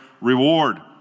reward